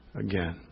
again